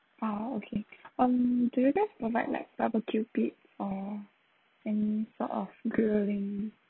!wow! okay um do you guys provide like barbecue pit or any sort of grilling